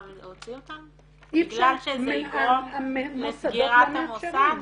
להוציא אותם בגלל שזה יגרום לסגירת המוסד?